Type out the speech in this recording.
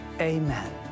amen